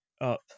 up